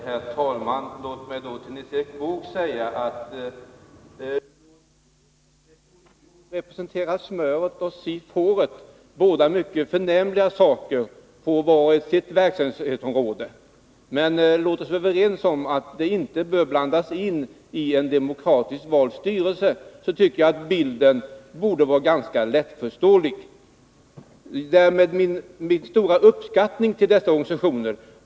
Herr talman! Låt mig till Nils Erik Wååg säga: Låt SHIO representera smöret och SIF håret, båda mycket förnämliga organisationer var och en på sitt verksamhetsområde. Men låt oss vara överens om att de inte bör blandas ini en demokratiskt vald styrelse. Då tycker jag att bilden borde vara ganska lättförståelig. Därmed har jag markerat min stora uppskattning av dessa organisationer.